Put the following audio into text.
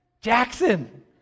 Jackson